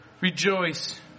Rejoice